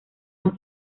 más